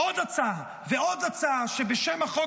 עוד הצעה ועוד הצעה בכל שבוע,